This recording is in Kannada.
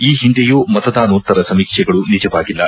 ಈ ಹಿಂದೆಯೂ ಮತದಾನೋತ್ತರ ಸಮೀಕ್ಷೆಗಳು ನಿಜವಾಗಿಲ್ಲ